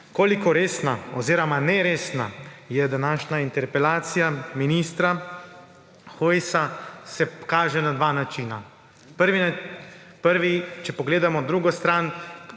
Koliko resna oziroma neresna je današnja interpelacija ministra Hojsa, se kaže na dva načina. Prvi, če pogledamo drugo stran